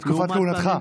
בתקופת כהונתך.